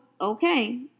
okay